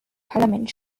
parlament